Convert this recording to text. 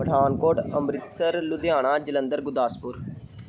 Pathankot Amritsar Ludhiana Jalandhar Gurdaspur